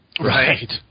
Right